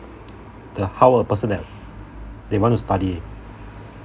the how a person that they want to study